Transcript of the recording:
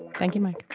thank you like